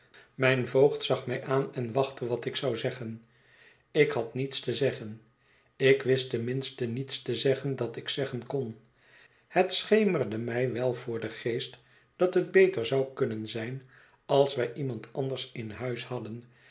mijn voogd zag mij aan en wachtte wat ik zou zeggen ik had niets te zeggen ik wist ten minste niets te zeggen dat ik zeggen kon het schemerde mij wel voor den geest dat het beter zou kunnen zijn als wij iemand anders in huis hadden